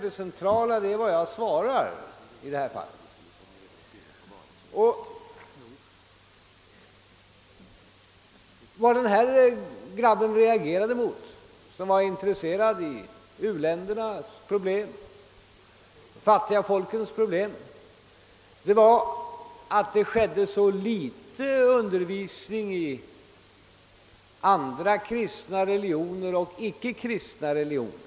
Det centrala är vad jag svarar i intervjun. Vad den grabb som var intresserad av u-ländernas problem reagerade mot var att det gavs så litet undervisning om andra kristna och icke kristna religioner.